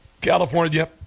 california